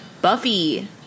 Buffy